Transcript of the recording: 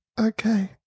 Okay